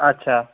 আচ্ছা